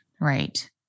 Right